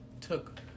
took